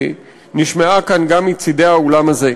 שנשמעה כאן גם מצדי האולם הזה.